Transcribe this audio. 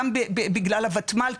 גם בגלל ה-ותמ"ל,